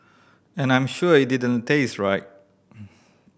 and I'm sure it didn't taste right